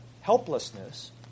helplessness